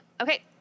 Okay